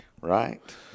Right